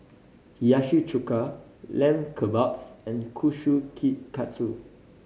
Hiyashi Chuka Lamb Kebabs and Kushikatsu